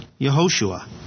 Yehoshua